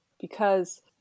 because-